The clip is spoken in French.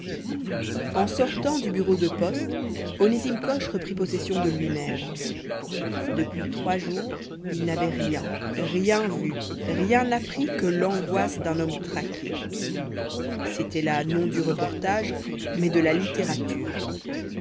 en sortant du bureau de poste onésime coche reprit possession de lui-même depuis trois jours il n'avait rien rien vu rien appris que l'angoisse d'un homme traqué c'était là non du reportage mais de la littérature